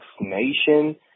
nation